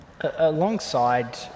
Alongside